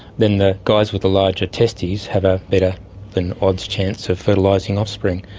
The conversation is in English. then the guys with the larger testes have a better than odds chance of fertilising offspring.